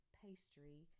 pastry